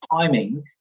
timing